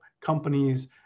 companies